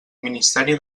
ministeri